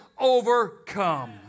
overcome